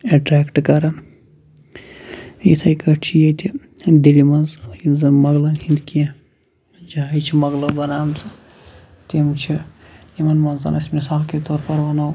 attract کَران یِتھَے کٲٹھۍ چھِ ییٚتہِ دِلہِ منٛز یِم زَن مۄغلَن ہِنٛدۍ کینٛہہ جایہِ چھِ مۄغلہٕ بَناوژٕ تِم چھِ یِمَن منٛز أسۍ مِثال کے طور پَر وَنو